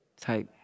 Type